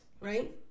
right